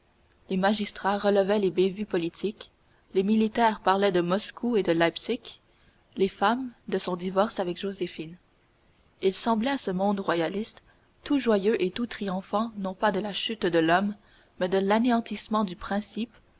les magistrats relevaient les bévues politiques les militaires parlaient de moscou et de leipsick les femmes de son divorce avec joséphine il semblait à ce monde royaliste tout joyeux et tout triomphant non pas de la chute de l'homme mais de l'anéantissement du principe